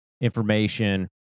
information